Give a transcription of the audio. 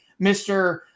Mr